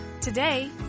Today